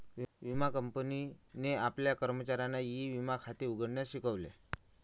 विमा कंपनीने आपल्या कर्मचाऱ्यांना ई विमा खाते उघडण्यास शिकवले